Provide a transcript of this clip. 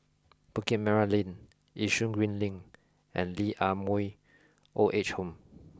Bukit Merah Lane Yishun Green Link and Lee Ah Mooi Old Age Home